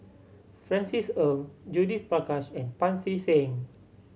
Francis Ng Judith Prakash and Pancy Seng